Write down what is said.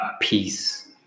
peace